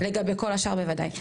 לגבי כל שאר הדברים, זה בוודאי.